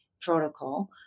protocol